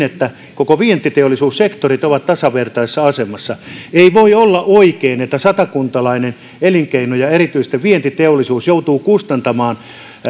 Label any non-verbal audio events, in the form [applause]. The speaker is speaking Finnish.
[unintelligible] että vientiteollisuussektorit ovat tasavertaisessa asemassa ei voi olla oikein että satakuntalainen elinkeino ja erityisesti vientiteollisuus joutuu kustantamaan